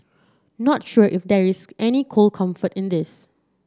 not sure if there is any cold comfort in this